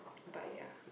but ya